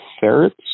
ferrets